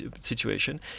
situation